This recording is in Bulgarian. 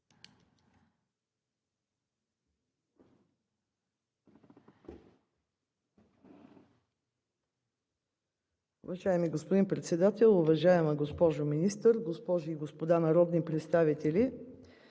Уважаеми господин Председател, уважаема госпожо Министър, госпожи и господа народни представители!